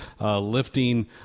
lifting